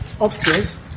upstairs